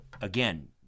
again